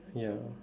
ya